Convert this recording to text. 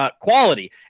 Quality